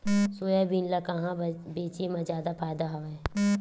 Soybean ल कहां बेचे म जादा फ़ायदा हवय?